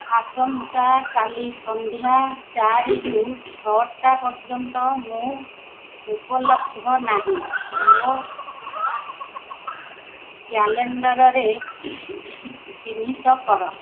ଆସନ୍ତାକାଲି ସନ୍ଧ୍ୟା ଚାରିରୁ ଛଅଟା ପର୍ଯ୍ୟନ୍ତ ମୁଁ ଉପଲବ୍ଧ ନାହିଁ ମୋ କ୍ୟାଲେଣ୍ଡରରେ ଚିହ୍ନିତ କର